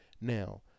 Now